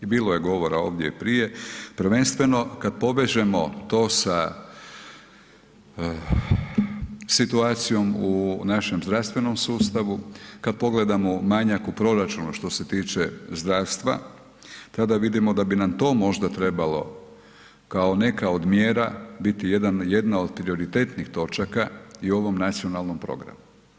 I bilo je govora ovdje i prije, prvenstveno kad povežemo to sa situacijom u našem zdravstvenom sustavu, kad pogledamo manjak u proračunu što se tiče zdravstva, tada vidimo da bi nam to možda trebalo kao neka od mjera biti jedna od prioritetnih točaka i u ovom nacionalnom programu.